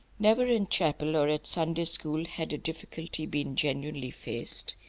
never in chapel or at sunday school had a difficulty been genuinely faced.